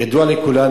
ידוע לכולנו,